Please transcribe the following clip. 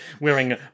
wearing